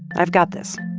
i've got this.